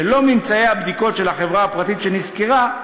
ולא ממצאי הבדיקות של החברה הפרטית שנשכרה,